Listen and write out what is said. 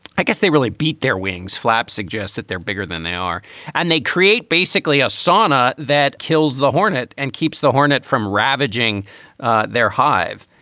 i guess they really beat their wings. flap suggests that they're bigger than they are and they create basically a sauna that kills the hornet and keeps the hornet from ravaging their hive.